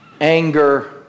anger